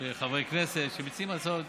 שחברי כנסת שמציעים הצעות